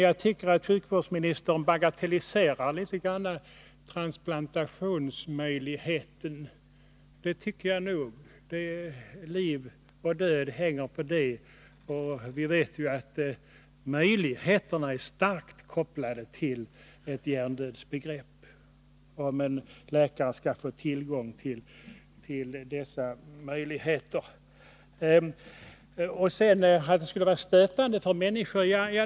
Jag tycker att sjukvårdsministern något bagatelliserar transplantations möjligheterna, trots att liv och död kan hänga på dessa. Vi vet att läkarnas möjligheter att få tillgång till organ är starkt kopplade till hjärndödsbegreppet. Statsrådet Holm säger att detta skulle kunna verka stötande på människor.